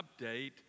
update